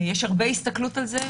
יש הרבה הסתכלות על כך,